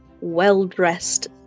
well-dressed